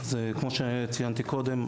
כמו שציינתי קודם,